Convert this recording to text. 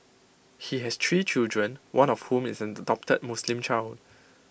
he has tree children one of whom is an adopted Muslim child